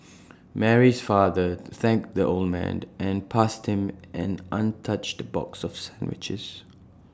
Mary's father thanked the old man and passed him an untouched box of sandwiches